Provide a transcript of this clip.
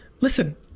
Listen